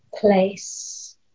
place